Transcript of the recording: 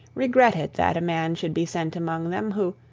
regretted that a man should be sent among them who,